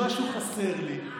הרגשתי שמשהו חסר לי,